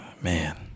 man